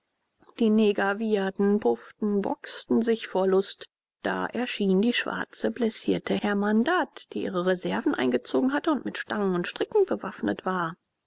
die neger wieherten pufften boxten sich vor lust da erschien die schwarze blessierte hermandad die ihre reserven eingezogen hatte und mit stangen und stricken bewaffnet war